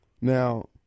Now